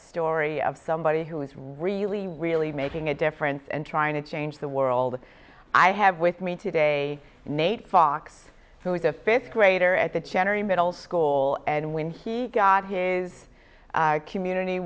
story of somebody who is really really making a difference and trying to change the world i have with me today nate fox who is a fifth grader at the cherry middle school and when he got his community